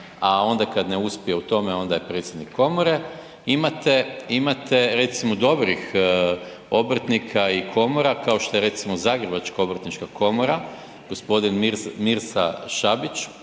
a onda kad ne uspije u tome onda je predsjednik komore. Imate, imate recimo dobrih obrtnika kao što je recimo zagrebačka obrtnička komora, gospodin Mirsa Šabić